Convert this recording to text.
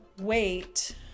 wait